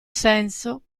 senso